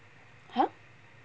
!huh!